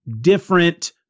different